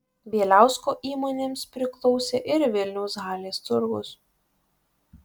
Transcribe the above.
bieliausko įmonėms priklausė ir vilniaus halės turgus